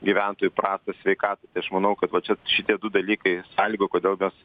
gyventojų prastą sveikatą tai aš manau kad va čia šitie du dalykai sąlygoja kodėl mes